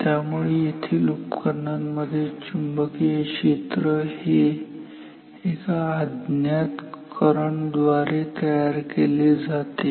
त्यामुळे येथील या उपकरणामध्ये चुंबकीय क्षेत्र हे एका अज्ञात करंट द्वारे तयार केले जाते